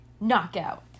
Knockout